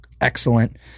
excellent